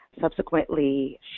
Subsequently